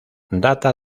data